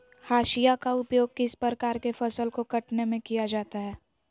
हाशिया का उपयोग किस प्रकार के फसल को कटने में किया जाता है?